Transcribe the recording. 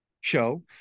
show